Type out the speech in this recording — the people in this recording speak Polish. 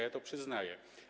Ja to przyznaję.